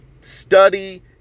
Study